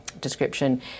description